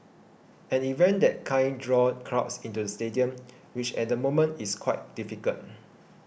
an event that kind draw crowds into the stadium which at the moment is quite difficult